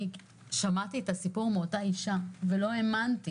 שמעתי את הסיפור מאותה אישה ולא האמנתי